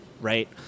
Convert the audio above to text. right